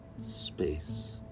space